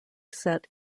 set